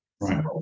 Right